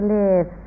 live